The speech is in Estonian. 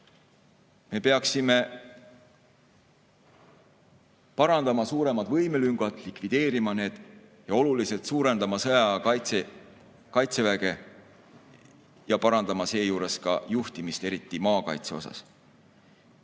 Me peaksime parandama suuremad võimelüngad, likvideerima need, ning oluliselt suurendama sõjaaja Kaitseväge ja parandama seejuures ka juhtimist, eriti maakaitses. Mida